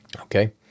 Okay